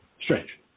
strange